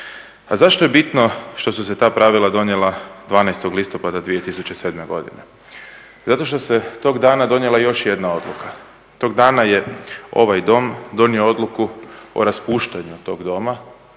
A zašto je bitno što su se ta pravila donijela 12. listopada 2007. godine? Zato što se tog dana donijela još jedna odluka. Tog dana je ovaj Dom donio odluku o raspuštanju tog Doma